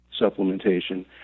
supplementation